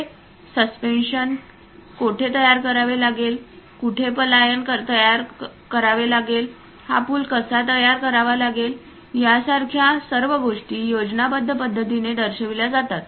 हे सस्पेन्शन कोठे तयार करावे लागेल कुठे पायलन तयार करावे लागेल हा पूल कसा तयार करावा लागेल यासारख्या सर्व गोष्टी योजनाबद्ध पद्धतीने दर्शविल्या जातात